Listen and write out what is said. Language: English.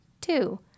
Two